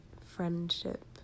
friendship